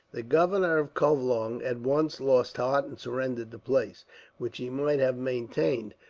the governor of covelong at once lost heart and surrendered the place which he might have maintained,